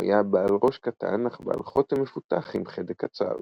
הוא היה בעל ראש קטן אך בעל חוטם מפותח עם חדק קצר.